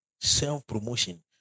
self-promotion